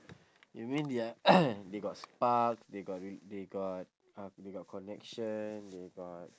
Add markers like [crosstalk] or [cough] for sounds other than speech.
you mean they're [coughs] they got spark they got re~ they got uh they got connection they got